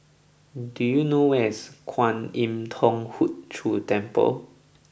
do you know where is Kwan Im Thong Hood Cho Temple